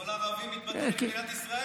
כל ערבי מתבטא נגד מדינת ישראל?